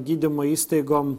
gydymo įstaigom